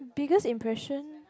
biggest impression